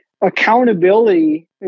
accountability